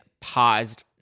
paused